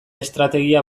estrategia